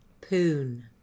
poon